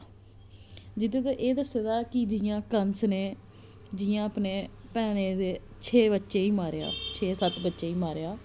जेहदे च एह् दस्से दा कि जि'यां कंस ने जि'यां अपने भैनें दे छेऽ बच्चें गी मारेआ छेऽ सत्त बच्चें ई मारेआ